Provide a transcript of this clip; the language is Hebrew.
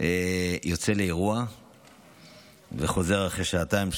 יוצא לאירוע וחוזר אחרי שעתיים,